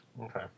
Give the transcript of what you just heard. Okay